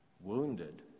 wounded